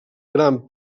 gran